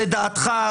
לדעתך.